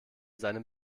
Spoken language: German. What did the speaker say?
seinem